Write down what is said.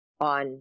on